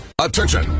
Attention